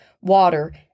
water